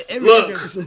Look